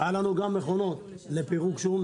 היו לנו גם מכונות לפירוק שום,